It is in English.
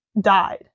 died